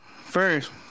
first